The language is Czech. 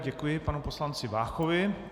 Děkuji panu poslanci Váchovi.